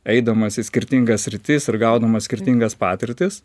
eidamas į skirtingas sritis ir gaudamas skirtingas patirtis